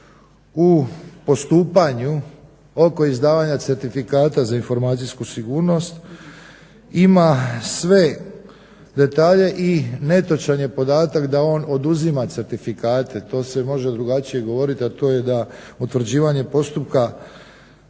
u postupanju oko izdavanje certifikata za informacijsku sigurnost ima sve detalje i netočan je podatak da on oduzima certifikate. To se može drugačije govoriti, a to je da utvrđivanje postupka